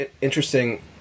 interesting